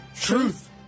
Truth